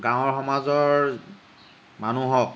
গাঁৱৰ সমাজৰ মানুহক